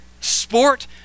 sport